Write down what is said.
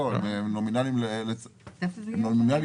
הם נומינליים מאוד.